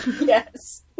Yes